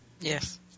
Yes